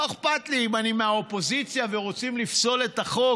לא אכפת לי אם אני מהאופוזיציה ורוצים לפסול את החוק,